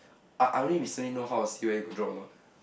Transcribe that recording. I I only recently know how to see whether you got drop or not